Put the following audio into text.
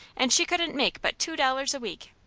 and she couldn't make but two dollars a week.